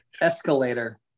Escalator